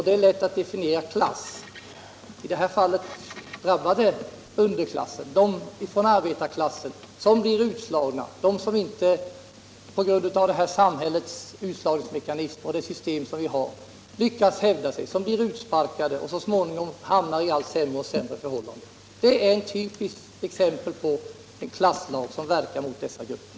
Det är lätt att definiera klass. I det här fallet drabbar åtgärderna underklassen, dem från arbetarklassen som blir utslagna och som inte — på grund av det här samhällets utslagningsmekanism och det system vi har — lyckats hävda sig, de som blir utsparkade och så småningom hamnar i allt sämre förhållanden. Det är ett typiskt exempel på en klasslag, som verkar mot dessa grupper.